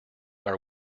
our